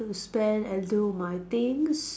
to spend and do my things